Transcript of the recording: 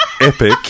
epic